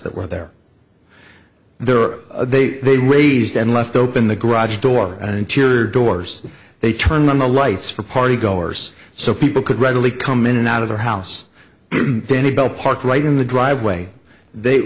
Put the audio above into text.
that were there there are they they raised and left open the garage door and interior doors they turned on the lights for party goers so people could readily come in and out of the house denny bell parked right in the driveway they